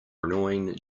annoying